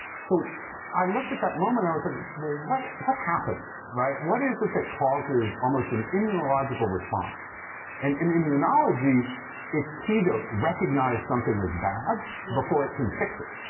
so i looked at that moment, i was like, well, what what happened? right? what is it that causes almost an immunological response and in immunology it's key to recognize something as bad before it can fix it.